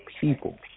people